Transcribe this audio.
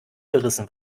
gerissen